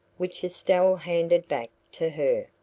which estelle handed back to her.